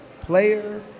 Player